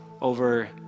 over